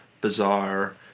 bizarre